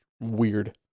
weird